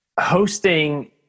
Hosting